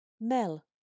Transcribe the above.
Mel